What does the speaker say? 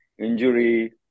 Injury